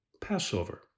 Passover